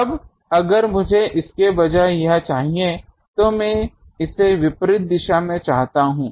अब अगर मुझे इसके बजाय यह चाहिए तो मैं इसे विपरीत दिशा में चाहता हूं